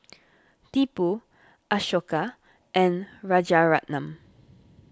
Tipu Ashoka and Rajaratnam